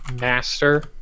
master